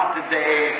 today